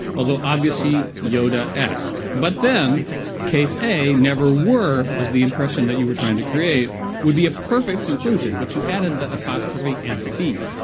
although obviously yoda-esque. but then case a, never were was the impression that you were trying to create would be a perfect conclusion. but you added the apostrophe, n, t.